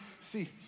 see